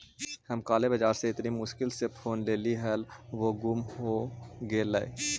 हम काले बाजार से इतनी मुश्किल से फोन लेली हल वो गुम हो गेलई